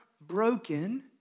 broken